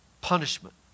punishment